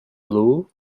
loo